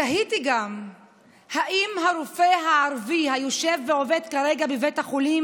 תהיתי גם אם הרופא הערבי היושב ועובד כרגע בבית החולים